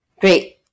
Great